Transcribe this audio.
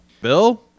Bill